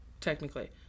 technically